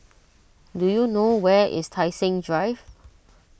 do you know where is Tai Seng Drive